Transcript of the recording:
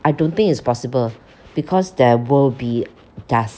I don't think it's possible because there will be dust